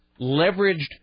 leveraged